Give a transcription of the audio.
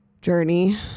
journey